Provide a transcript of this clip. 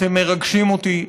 אתם מרגשים אותי.